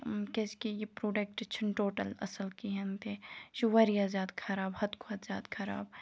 کیٛازِکہِ یہِ پرٛوڈَکٹ چھِنہٕ ٹوٹَل اَصٕل کِہیٖنۍ تہِ یہِ چھِ واریاہ زیادٕ خراب حَدٕ کھۄتہٕ زیادٕ خراب